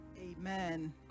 Amen